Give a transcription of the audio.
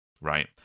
right